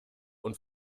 und